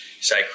say